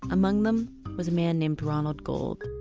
among them was a man named ronald gold.